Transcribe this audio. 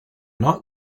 not